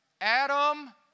Adam